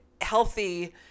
healthy